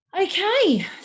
Okay